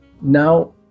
Now